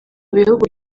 bihugu